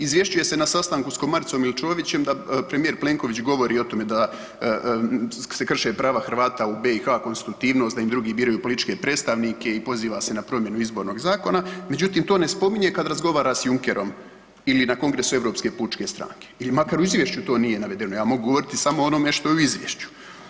Izvješćuje se na sastanku s Komaricom ili Čovićem da premijer Plenković govori o tome da se krše prava Hrvata u BiH, konstitutivnost, da im drugi biraju političke predstavnike i poziva se na promjenu Izbornog zakona, međutim to ne spominje kad razgovara s Junckerom ili na kongresu Europske pučke stranke ili makar u izvješću to nije navedeno, ja mogu govoriti samo o onom što je u izvješću.